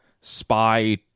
spy